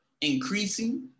increasing